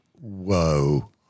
Whoa